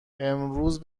امروز